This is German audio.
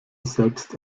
selbst